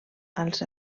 als